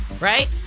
right